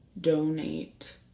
donate